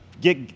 get